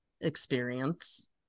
experience